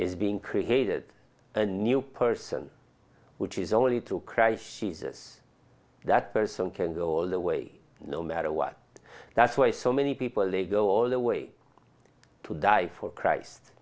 is being created a new person which is only two crashes that person can go all the way no matter what that's why so many people they go all the way to die for christ